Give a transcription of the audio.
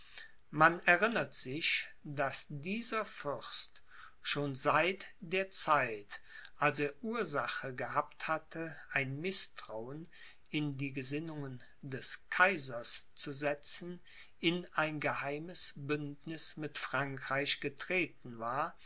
man erinnert sich daß dieser fürst schon seit der zeit als er ursache gehabt hatte ein mißtrauen in die gesinnungen des kaisers zu setzen in ein geheimes bündniß mit frankreich getreten war